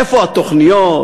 איפה התוכניות?